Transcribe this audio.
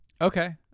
Okay